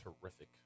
terrific